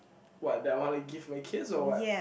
what they wanna give their kids or what